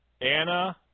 Anna